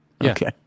Okay